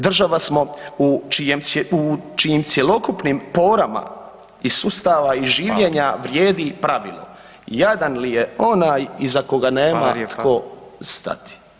Država smo u čijim cjelokupnim porama i sustava i življenja vrijedi [[Upadica: Hvala.]] pravilo jadan li je onaj iza koga nema tko stati.